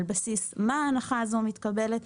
על בסיס מה ההנחה הזאת מתקבלת.